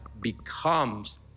becomes